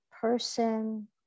person